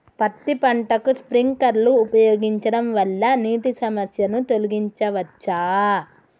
పత్తి పంటకు స్ప్రింక్లర్లు ఉపయోగించడం వల్ల నీటి సమస్యను తొలగించవచ్చా?